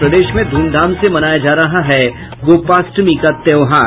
और प्रदेश में धूमधाम से मनाया जा रहा है गोपाष्टमी का त्योहार